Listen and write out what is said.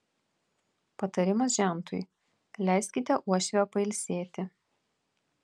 patarimas žentui leiskite uošvę pailsėti